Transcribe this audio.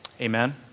Amen